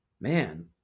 Man